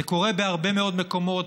זה קורה בהרבה מאוד מקומות,